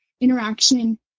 interaction